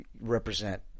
represent